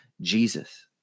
Jesus